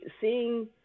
seeing